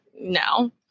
no